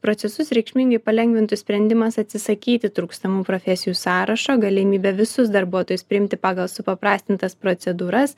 procesus reikšmingai palengvintų sprendimas atsisakyti trūkstamų profesijų sąrašo galimybė visus darbuotojus priimti pagal supaprastintas procedūras